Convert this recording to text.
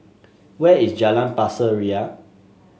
where is Jalan Pasir Ria